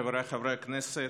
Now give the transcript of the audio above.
חבריי חברי הכנסת,